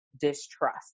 distrust